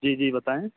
جی جی بتائیں